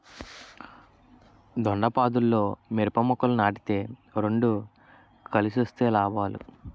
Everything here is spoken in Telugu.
దొండపాదుల్లో మిరప మొక్కలు నాటితే రెండు కలిసొస్తే లాభాలు